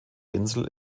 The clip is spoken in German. insel